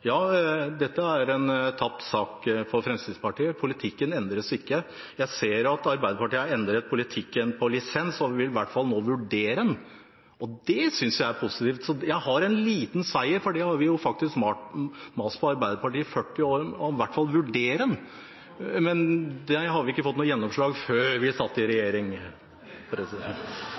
ja, dette er en tapt sak for Fremskrittspartiet. Politikken endres ikke. Jeg ser at Arbeiderpartiet har endret politikken på lisens og vil nå i hvert fall vurdere den, og det synes jeg er positivt. Så jeg har en liten seier, for dette har vi jo faktisk mast på Arbeiderpartiet om i 40 år, om i hvert fall å vurdere lisensen, men det har vi ikke fått noe gjennomslag for – før vi satt i regjering.